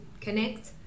connect